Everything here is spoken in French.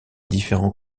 différents